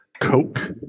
Coke